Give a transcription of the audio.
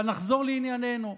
אבל נחזור לענייננו.